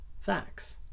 facts